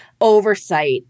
oversight